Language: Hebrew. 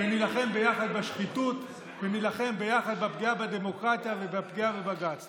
ונילחם ביחד בשחיתות ונילחם ביחד בפגיעה בדמוקרטיה ובפגיעה בבג"ץ.